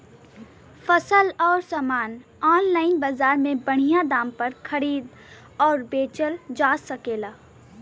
फसल अउर सामान आनलाइन बजार में बढ़िया दाम पर खरीद अउर बेचल जा सकेला